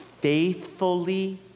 faithfully